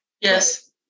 Yes